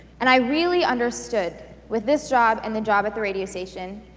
and i really understood, with this job and the job at the radio station,